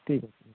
ଠିକ୍ ଅଛି